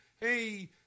Hey